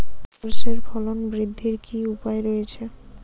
সর্ষের ফলন বৃদ্ধির কি উপায় রয়েছে?